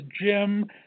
jim